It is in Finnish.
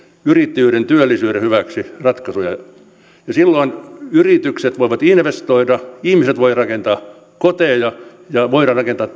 yrittäjyyden työllisyyden hyväksi ratkaisuja silloin yritykset voivat investoida ihmiset voivat rakentaa koteja ja voidaan rakentaa